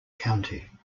county